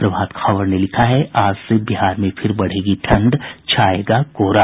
प्रभात खबर ने लिखा है आज से बिहार में फिर बढ़ेगी ठंड छायेगा कोहरा